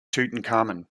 tutankhamun